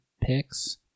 picks